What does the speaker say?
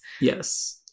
Yes